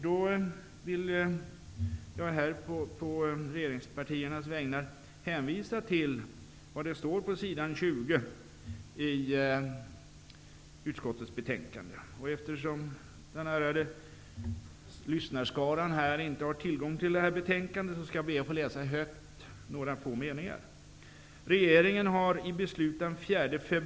Då vill jag här på regeringspartiernas vägnar hänvisa till det som står på s. 20 i utskottets betänkande. Eftersom den ärade lyssnarskaran inte har tillgång till detta betänkande, skall jag be att få läsa högt några få meningar.